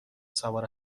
سوار